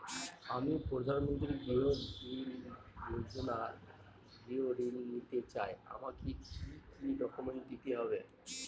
আমি প্রধানমন্ত্রী গৃহ ঋণ যোজনায় গৃহ ঋণ নিতে চাই আমাকে কি কি ডকুমেন্টস দিতে হবে?